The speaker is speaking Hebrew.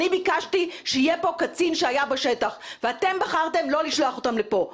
אני ביקשתי שיהיה פה קצין שהיה בשטח ואתם בחרתם לא לשלוח אותם לפה.